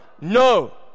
no